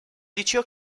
liceo